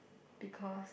because